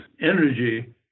energy